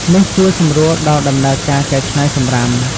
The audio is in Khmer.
នេះជួយសម្រួលដល់ដំណើរការកែច្នៃសំរាម។